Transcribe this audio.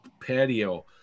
patio